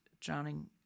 drowning